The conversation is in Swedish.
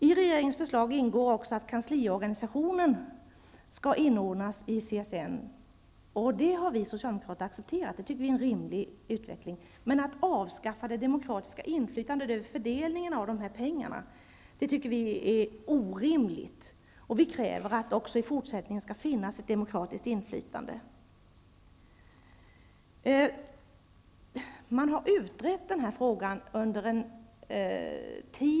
I regeringens förslag ingår också att kansliorganisationen skall inordnas i CSN. Det har vi socialdemokrater accepterat. Vi tycker att det är en rimlig utveckling. Men vi tycker att det är orimligt att avskaffa det demokratiska inflytandet över fördelningen av dessa pengar. Vi kräver att det skall finnas ett demokratiskt inflytande också i fortsättningen. Den här frågan har utretts under en tid.